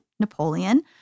Napoleon